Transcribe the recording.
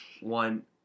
one